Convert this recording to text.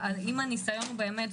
אם הניסיון הוא לעזור לפריפריה,